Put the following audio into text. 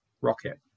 Rocket